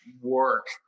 work